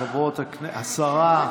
השרה,